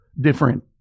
different